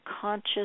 conscious